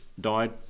died